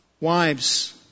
Wives